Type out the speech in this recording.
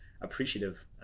appreciative